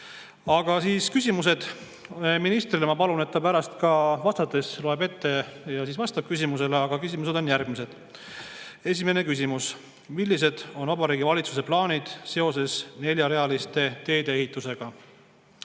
Aga siis küsimused ministrile. Ma palun, et ta ka pärast vastates loeks küsimuse ette ja siis vastaks. Küsimused on järgmised. Esimene küsimus: millised on Vabariigi Valitsuse plaanid seoses neljarealiste teede ehitusega?